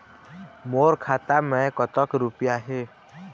मोर खाता मैं कतक रुपया हे?